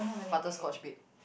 butterscotch babe